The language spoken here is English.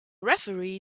referee